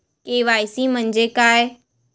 KYC म्हंजे काय?